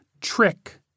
trick